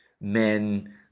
men